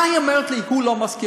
מה היא אומרת לי "הוא לא מסכים"?